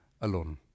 alone